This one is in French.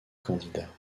candidats